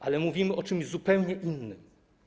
Ale mówimy o czymś zupełnie innym.